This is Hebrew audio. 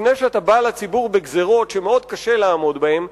לפני שאתה בא לציבור בגזירות שמאוד קשה לעמוד בהן,